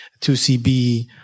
2CB